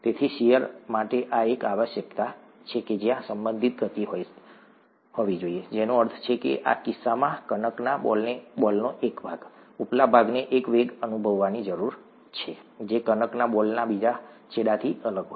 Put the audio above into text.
તેથી શીયર માટે આ એક આવશ્યકતા છે કે ત્યાં સંબંધિત ગતિ હોવી જોઈએ જેનો અર્થ છે કે આ કિસ્સામાં કણકના બોલનો એક ભાગ ઉપલા ભાગને એક વેગ અનુભવવાની જરૂર છે જે કણકના બોલના બીજા છેડાથી અલગ હોય